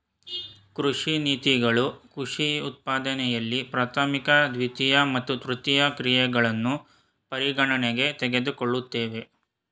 ಕೃಷಿ ನೀತಿಗಳು ಕೃಷಿ ಉತ್ಪಾದನೆಯಲ್ಲಿ ಪ್ರಾಥಮಿಕ ದ್ವಿತೀಯ ಮತ್ತು ತೃತೀಯ ಪ್ರಕ್ರಿಯೆಗಳನ್ನು ಪರಿಗಣನೆಗೆ ತೆಗೆದುಕೊಳ್ತವೆ